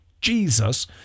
Jesus